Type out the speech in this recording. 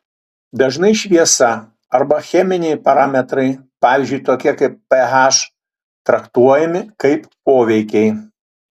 dažnai šviesa arba cheminiai parametrai pavyzdžiui tokie kaip ph traktuojami kaip poveikiai